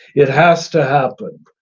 it has to happen.